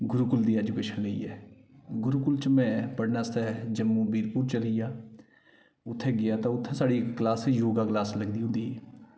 गुरुकुल दी एजुकेशन लेई ऐ गुरुकुल च में पढ़ने आस्तै जम्मू बीरपुर चली 'या उत्थें गेआ तां उत्थें साढ़ी क्लास इक योगा क्लास लगदी होंदी ही